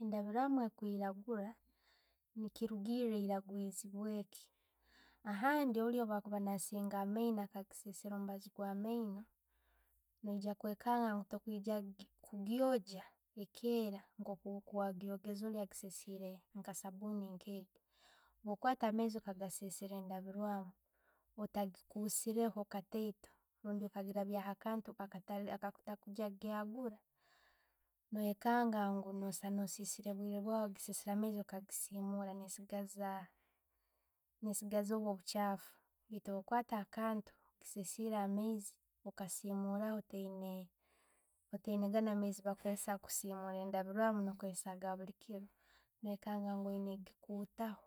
Endabirwamu ekwiragula ne kirugiir eragizibweeki. Ahandi oli bwakuba nasinga amaino akajisensera omubaizzi gwa amaino, noija kwekwanga tukwijja gyogya ekeera nko okwokigyogeeze oli akisensire nka sabbuni nke ejo Bwo kwata amaizi okagasensera endabwiramu, ottakagigusireho kataito, obundu okagirabyaho akantu akatakugenda gihagura. No'kanga nku noba ossiire obwiire bwaawe ogisenseera amaizi okagisimula, nesigaza obwo' obuchaffu. Kwata akanu okagisensera amaizi, okassimulaho oteyina gano amaiizi ge'bakuzessa kusimula endabwirrwamu no kozessa agabulikiro, noikanga ngu oyina gikuttaho